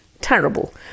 terrible